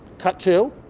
cut to.